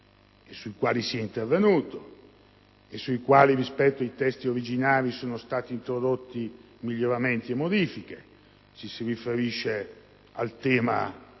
sui quali si è intervenuto e su cui, rispetto ai testi originali, sono stati introdotti miglioramenti e modifiche. Mi riferisco